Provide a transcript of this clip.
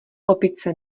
opice